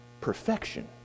perfection